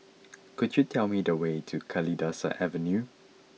could you tell me the way to Kalidasa Avenue